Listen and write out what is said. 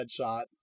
headshot